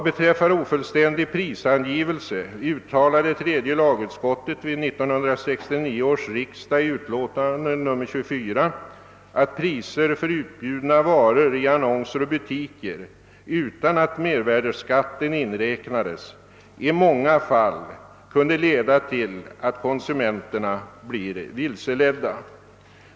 Beträffande ofullständig prisangivelse uttalade tredje lagutskottet vid 1969 års riksdag i utlåtande nr 24 att om priser för utbjudna varor i annonser och butiker anges utan inräknande av mervärdeskatt, så kan detta i många fall leda till att konsumenter vilseleds.